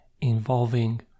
involving